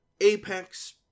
Apex